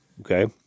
Okay